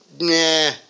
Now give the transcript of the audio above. nah